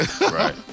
Right